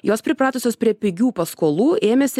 jos pripratusios prie pigių paskolų ėmėsi